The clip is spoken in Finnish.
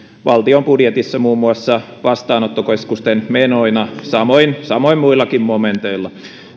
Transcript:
valtion budjetissa muun muassa vastaanottokeskusten menoina samoin samoin muillakin momenteilla